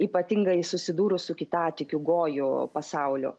ypatingai susidūrus su kitatikių gojų pasauliu